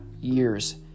years